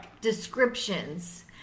descriptions